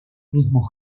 mismo